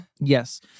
Yes